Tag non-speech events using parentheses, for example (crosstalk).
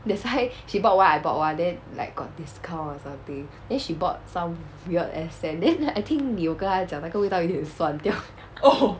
that's why she bought one I bought one then like got discount or something then she bought some weird ass scent then like I think yoga 讲那个味道有点酸掉 (laughs)